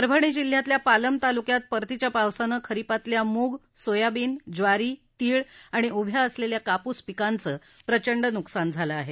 परभणी जिल्ह्यातल्या पालम तालुक्यात परतीच्या पावसानं खरीपातल्या मुग सोयाबीन ज्वारी तीळ आणि उभ्या असलेल्या कापूस पिकांचे प्रचंड नुकसान झालं आहे